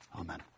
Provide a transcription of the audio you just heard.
Amen